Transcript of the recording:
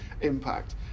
impact